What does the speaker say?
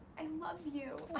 i love you, i